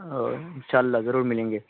اوہ ان شاء اللہ ضرور ملیں گے